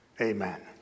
amen